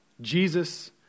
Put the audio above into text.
Jesus